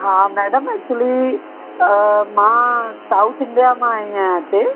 हा madam actually मां south India मां आईं आहियां हिते